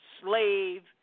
slave